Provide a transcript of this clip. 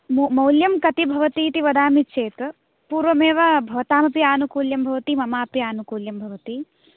मौल्यं कति भवतीति वदामि चेत् पूर्वमेव भवतामपि आनुकूल्यं भवति ममापि आनुकूल्यं भवति